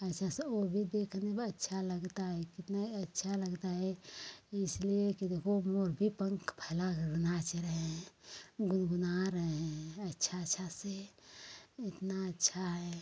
ऐसा ऐसा वो भी देखने में अच्छा लगता है कितना अच्छा लगता है इसलिए कि देखो मोर भी पंख फैला कर नाच रहें हैं गुनगुना रहें हैं अच्छा अच्छा से इतना अच्छा है